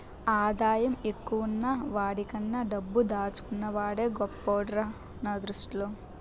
ఆదాయం ఎక్కువున్న వాడికన్నా డబ్బు దాచుకున్న వాడే గొప్పోడురా నా దృష్టిలో